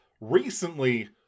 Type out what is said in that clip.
Recently